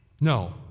No